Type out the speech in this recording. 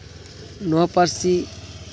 ᱱᱚᱣᱟ ᱯᱟᱹᱨᱥᱤ